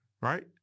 Right